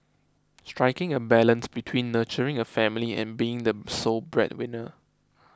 striking a balance between nurturing a family and being the sole breadwinner